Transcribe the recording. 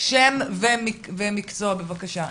שם ותואר התפקיד בבקשה.